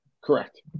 Correct